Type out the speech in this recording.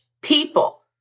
people